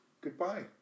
goodbye